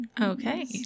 okay